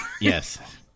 Yes